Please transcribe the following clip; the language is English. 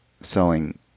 selling